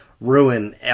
ruin